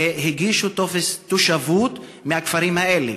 והגישו טופס תושבות מהכפרים האלה.